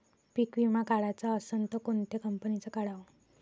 पीक विमा काढाचा असन त कोनत्या कंपनीचा काढाव?